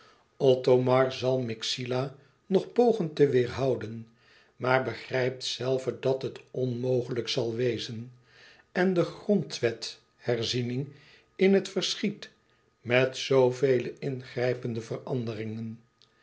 othomar zal myxila nog pogen te weêrhouden maar begrijpt zelve dat het onmogelijk zal wezen en de grondwetherziening in het verschiet met zoo vele ingrijpende veranderingen